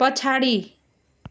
पछाडि